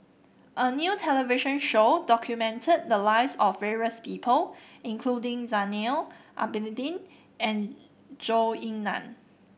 a new television show documented the lives of various people including Zainal Abidin and Zhou Ying Nan